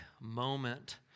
moment